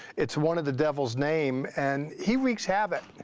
it's one of the devil's name, and he wreaks havoc.